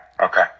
Okay